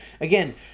Again